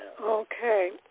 Okay